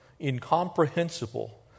incomprehensible